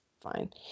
fine